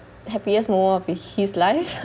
happiest moment of he his life